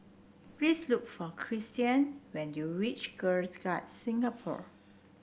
please look for Kristian when you reach Girl Guides Singapore